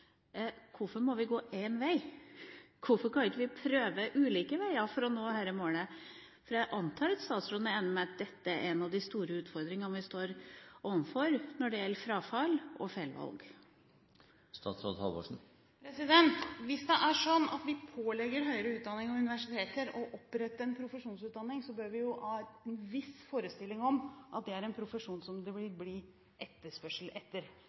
Hvorfor må vi gå én vei? Hvorfor kan vi ikke prøve ulike veier for å nå dette målet, for jeg antar at statsråden er enig med meg i at dette er en av de store utfordringene vi står overfor når det gjelder frafall og feilvalg? Hvis det er sånn at vi pålegger høyere utdanning og universiteter å opprette en profesjonsutdanning, bør vi ha en viss forestilling om at det er en profesjon som det vil bli etterspørsel etter.